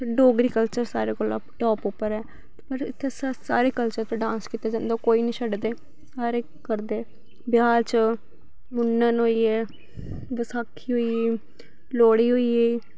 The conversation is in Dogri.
डोगरी कल्चर सारे कोला टॉप उप्पर ऐ मतलव इत्थै सारे कल्चर उप्पर डांस कीता जंदा कोई नी छडदे हर इक करदे ब्याह् च मूनन होइये बसाखी होई गेई लोह्ड़ी होई गेई